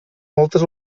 moltes